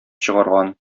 чыгарган